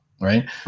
Right